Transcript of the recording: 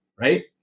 Right